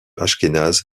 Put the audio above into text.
ashkénaze